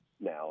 now